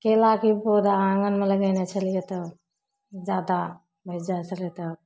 केलाके पौधा आँगनमे लगेने छलिए तऽ ज्यादा बचि जाइत छलै तऽ